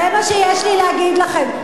זה מה שיש לי להגיד לכם.